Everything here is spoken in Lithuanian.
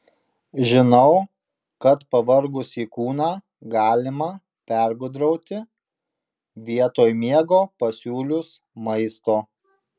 žinau kad pavargusį kūną galima pergudrauti vietoj miego pasiūlius maisto